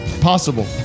Possible